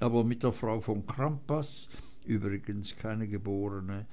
aber mit der frau von crampas übrigens keine geborene